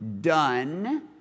done